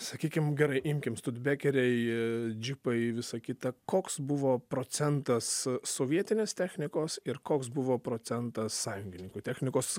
sakykim gerai imkim bekeriai džipai visa kita koks buvo procentas sovietinės technikos ir koks buvo procentas sąjungininkų technikos